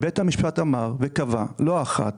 ובית המשפט קבע, לא אחת,